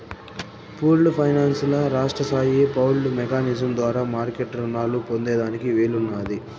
pooled finance ల రాష్ట్రస్తాయి pooled mechanism ద్వారా మార్మెట్ రునాలు పొందేదానికి వీలున్నాది